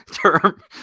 term